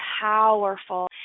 powerful